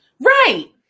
Right